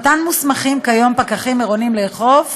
שאותן מוסמכים כיום פקחים עירוניים לאכוף